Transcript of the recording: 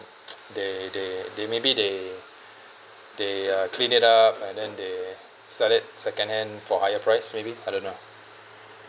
they they they maybe they they uh clean it up and then they sell it second hand for higher price maybe I don't know